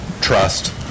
trust